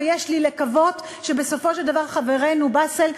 ויש לקוות שבסופו של דבר חברנו באסל,